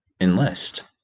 enlist